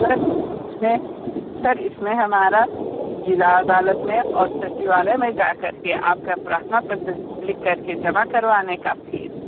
sir इसमें sir इसमें हमारा ज़िला अदालत में और सचिवालय में जाकर के आपका प्रार्थना पत्र लिख करके जमा करवाने का फ़ीस